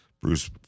Bruce